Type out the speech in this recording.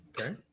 Okay